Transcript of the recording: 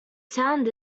sound